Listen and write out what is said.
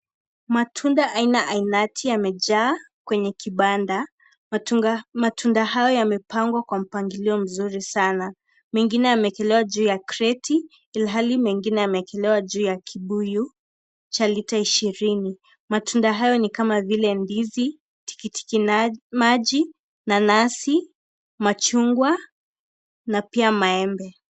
Matunda aina ya ainati yamejaa kwenye kibanda matunda hayo yamepangwa kwa mpangilio mzuri sana mengine yamewekelewa juu ya kreti ilhali mengine yamewekelewa juu ya kibuyu cha lita ishirini matunda hayo ni kama vile ndizi tikiti maji nanazi machungwa na pia maembe.